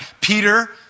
Peter